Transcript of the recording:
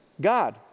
God